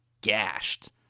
gashed